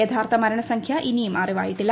യഥാർത്ഥ മരണസംഖ്യ ഇനിയും അറിവായിട്ടില്ല